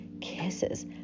kisses